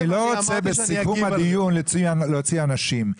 אני לא רוצה בסיכום הדיון להוציא אנשים.